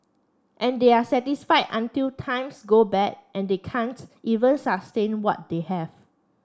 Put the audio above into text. and they are satisfied until times go bad and they can't even sustain what they have